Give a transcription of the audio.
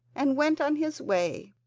and went on his way.